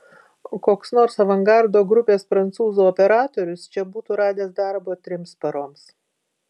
koks nors avangardo grupės prancūzų operatorius čia būtų radęs darbo trims paroms